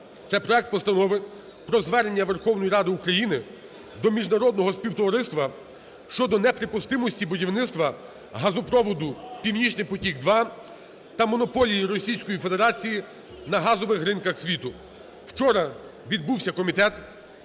Це проект Постанови про Звернення Верховної Ради України до міжнародного співтовариства щодо неприпустимості будівництва газопроводу "Nord Stream 2" та монополії Російської Федерації на газових ринках світу. Вчора відбувся комітет.